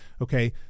okay